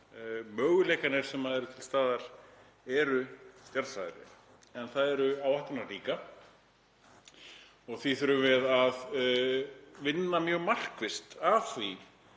Möguleikarnir sem eru til staðar eru stjarnfræðilegir en það eru áhætturnar líka. Því þurfum við að vinna mjög markvisst að því